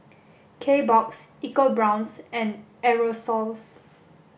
kbox Eco Brown's and Aerosoles